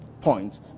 point